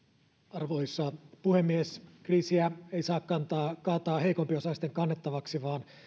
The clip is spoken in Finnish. arvoisa puhemies kriisiä ei saa kaataa heikompiosaisten kannettavaksi vaan